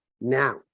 now